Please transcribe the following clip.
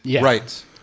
Right